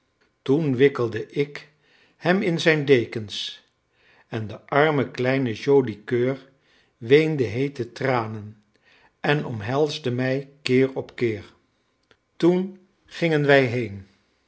toen wikkelde ik hem in zijn dekens en de arme kleine joli coeur weende heete tranen en omhelsde mij keer op keer toen gingen wij heen